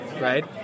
right